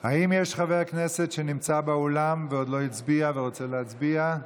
האם יש חבר כנסת שנמצא באולם ועוד לא הצביע ורוצה להצביע?